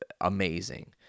Amazing